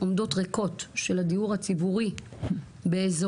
עומדות ריקות של הדיור הציבורי באזורים